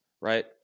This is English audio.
right